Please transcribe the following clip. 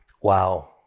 Wow